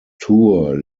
tour